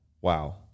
Wow